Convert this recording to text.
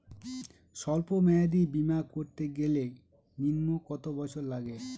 সল্প মেয়াদী বীমা করতে গেলে নিম্ন কত বছর লাগে?